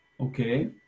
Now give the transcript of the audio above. Okay